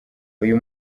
uyu